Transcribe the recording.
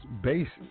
basis